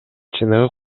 чыныгы